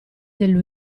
del